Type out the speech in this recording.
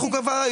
אנחנו גם היום